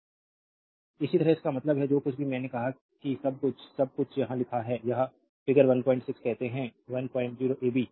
slide time देखें 1422 इसी तरह इसका मतलब है जो कुछ भी मैंने कहा कि सब कुछ सब कुछ यहां लिखा है यह फिगर 16 कहते है 10 एबी